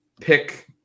pick